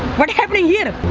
what happened here?